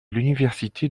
l’université